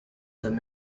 them